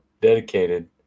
dedicated